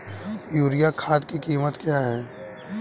Urea खाद की कीमत क्या है?